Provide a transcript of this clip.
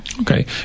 Okay